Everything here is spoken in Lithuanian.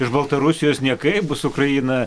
iš baltarusijos niekaip ukraina